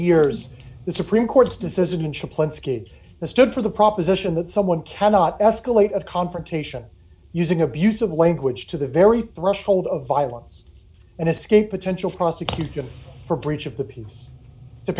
years the supreme court's decision in chaplin skid the stood for the proposition that someone cannot escalate a confrontation using abusive language to the very threshold of violence and escape potential prosecution for breach of the peace to